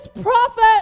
prophet